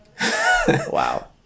Wow